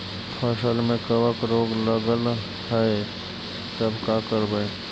फसल में कबक रोग लगल है तब का करबै